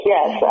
Yes